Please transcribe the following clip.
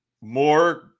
more